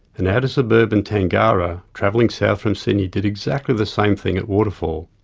an outer suburban tangara travelling south from sydney did exactly the same thing at waterfall.